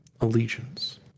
allegiance